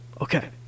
Okay